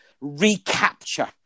recapture